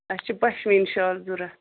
اَسہِ چھِ پشمیٖن شال ضوٚرت